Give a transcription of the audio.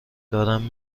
دارم